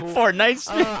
Fortnite